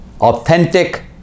authentic